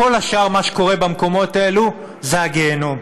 כל שאר מה שקורה במקומות האלה זה הגיהינום.